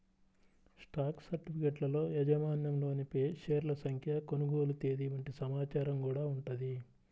stock సర్టిఫికెట్లలో యాజమాన్యంలోని షేర్ల సంఖ్య, కొనుగోలు తేదీ వంటి సమాచారం గూడా ఉంటది